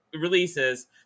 releases